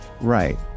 right